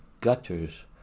gutters